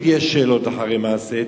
יש ביקורת אחרי מעשה,